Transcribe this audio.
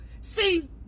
See